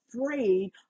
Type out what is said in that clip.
afraid